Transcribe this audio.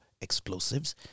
explosives